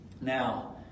Now